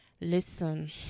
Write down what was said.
listen